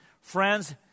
Friends